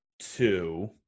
two